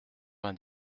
vingt